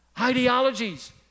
ideologies